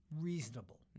reasonable